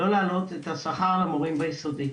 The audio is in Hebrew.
לא להעלות את השכר למורים ביסודי.